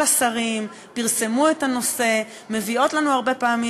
לשלם את מענק